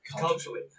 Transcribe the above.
culturally